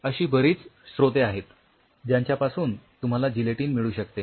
अशी बरीच स्रोते आहेत ज्यांच्यापासून तुम्हाला जिलेटीन मिळू शकते